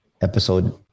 episode